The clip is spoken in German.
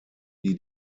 die